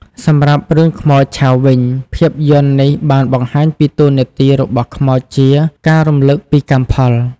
សម្រាប់រឿងខ្មោចឆៅវិញ ភាពយន្តនេះបានបង្ហាញពីតួនាទីរបស់ខ្មោចជា ការរំលឹកពីកម្មផល។